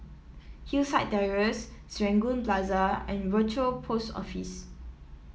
Hillside Terrace Serangoon Plaza and Rochor Post Office